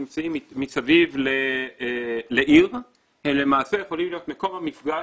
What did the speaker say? נמצאים מסביב לעיר הם למעשה יכולים להיות מקום המפגש